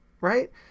right